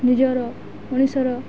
ନିଜର ମଣିଷର